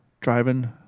driving